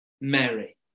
Mary